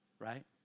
Right